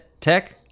Tech